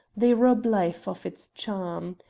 they rob life of its charm.